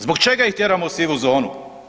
Zbog čega ih tjeramo u sivu zonu?